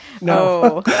No